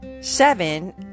seven